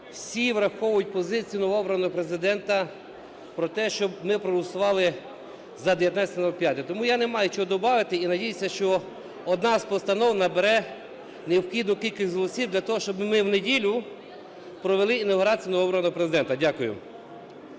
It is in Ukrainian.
всі враховують позицію новообраного Президента про те, щоб ми проголосували за 19.05. Тому я не маю чого добавити. І надіюся, що одна з постанов набере необхідну кількість голосів для того, щоби ми в неділю провели інавгурацію новообраного Президента. Дякую.